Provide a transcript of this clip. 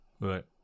Right